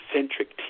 Centric